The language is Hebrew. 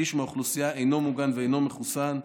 שליש מהאוכלוסייה אינו מוגן ואינו מחוסן,